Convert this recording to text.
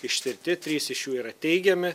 ištirti trys iš jų yra teigiami